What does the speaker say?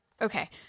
Okay